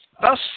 Thus